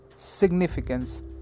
Significance